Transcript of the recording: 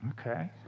Okay